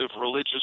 religious